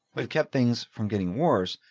but kept things from getting worse,